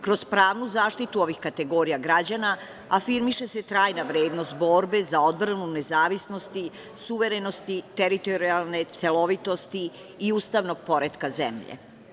Kroz pravnu zaštitu ovih kategorija građana afirmiše se trajna vrednost borbe za odbranu nezavisnosti, suverenosti, teritorijalne celovitosti i ustavnog poretka zemlje.